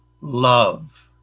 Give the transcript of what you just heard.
love